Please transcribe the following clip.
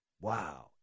Wow